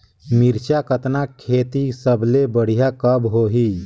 मिरचा कतना खेती सबले बढ़िया कब होही?